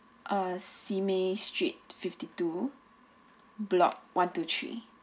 uh simei street fifty two block one two three